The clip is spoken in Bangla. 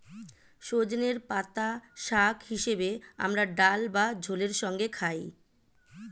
সজনের পাতা শাক হিসেবে আমরা ডাল বা ঝোলের সঙ্গে খাই